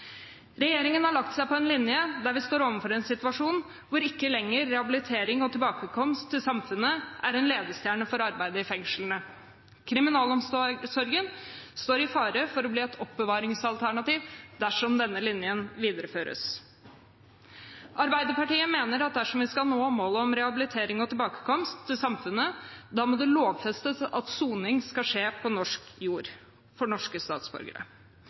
Regjeringen har lagt seg på en linje der vi står overfor en situasjon hvor ikke lenger rehabilitering og tilbakekomst til samfunnet er en ledestjerne for arbeidet i fengslene. Kriminalomsorgen står i fare for å bli et oppbevaringsalternativ dersom denne linjen videreføres. Arbeiderpartiet mener at dersom vi skal nå målet om rehabilitering og tilbakekomst til samfunnet, må det lovfestes at soning skal skje på norsk jord for norske statsborgere.